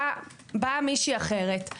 באה מישהי אחרת,